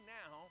now